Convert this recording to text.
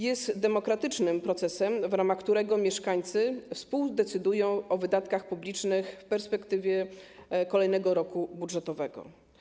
Jest demokratycznym procesem, w ramach którego mieszkańcy współdecydują o wydatkach publicznych w perspektywie kolejnego roku budżetowego.